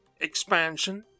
expansion